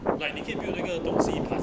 like 你可以 build 那个东西爬上去